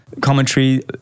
commentary